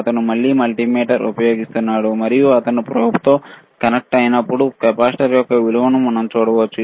అతను అదే మల్టీమీటర్ ఉపయోగిస్తున్నాడు మరియు అతను ప్రోబ్తో కనెక్ట్ అయినప్పుడు కెపాసిటర్ యొక్క విలువను మనం చూడవచ్చు